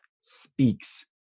speaks